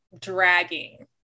dragging